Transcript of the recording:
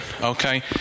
Okay